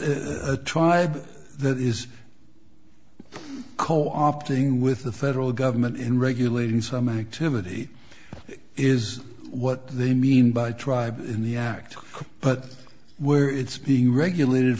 a tribe that is co opting with the federal government in regulating some activity is what they mean by tribe in the act but where it's be regulated